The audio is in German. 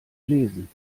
lesen